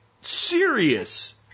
serious